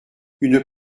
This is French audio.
une